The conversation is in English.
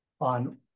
on